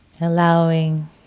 Allowing